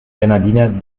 bernhardiner